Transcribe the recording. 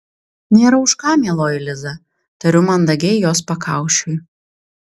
nėra už ką mieloji liza tariu mandagiai jos pakaušiui